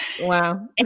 Wow